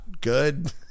good